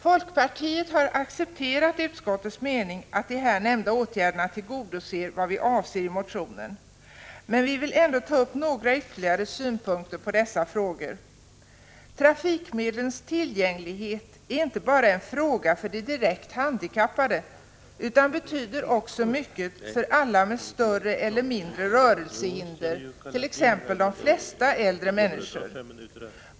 Folkpartiet har accepterat utskottets mening att de här nämnda åtgärderna tillgodoser vad vi avser med motionen. Men vi vill ändå ta upp några ytterligare synpunkter på dessa frågor. Trafikmedlens tillgänglighet är inte bara en fråga för de direkt handikappade utan betyder också mycket för alla med större eller mindre rörelsehinder, t.ex. de flesta äldre människor.